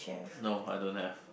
no I don't have